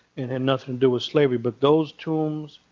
it had nothing do with slavery. but those tombs,